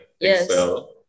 Excel